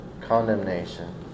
condemnation